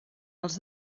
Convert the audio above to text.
els